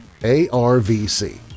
ARVC